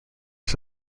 his